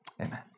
Amen